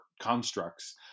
constructs